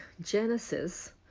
Genesis